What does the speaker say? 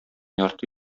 ярты